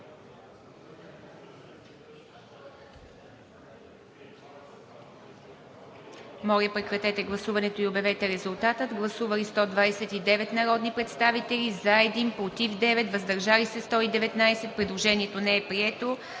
Моля, прекратете гласуването и обявете резултата. Гласували 101 народни представители, за 87, против няма и въздържали се 14. Предложението е прието.